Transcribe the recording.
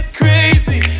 crazy